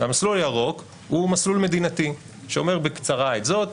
המסלול הירוק הוא מסלול מדינתי שאומר בקצרה את זאת,